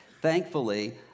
Thankfully